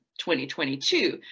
2022